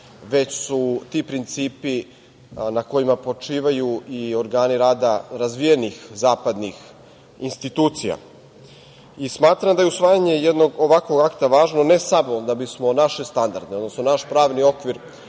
već su ti principi na kojima počivaju i organi rada razvijenih zapadnih institucija. Smatram da je usvajanje jednog ovakvog akta važno ne samo da bismo naše standarde odnosno naš pravni okvir